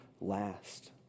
last